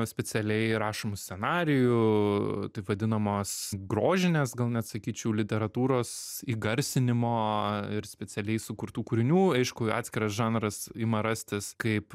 specialiai rašomų scenarijų taip vadinamos grožinės gal net sakyčiau literatūros įgarsinimo ir specialiai sukurtų kūrinių aišku atskiras žanras ima rastis kaip